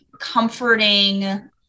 comforting